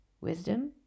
wisdom